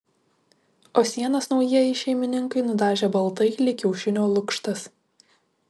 o sienas naujieji šeimininkai nudažė baltai lyg kiaušinio lukštas